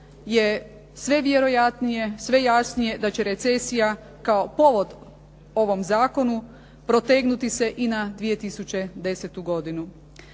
je sve vjerojatnije sve jasnije da će recesija kao povod ovom zakonu protegnuti se i na 2010. godinu.